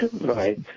Right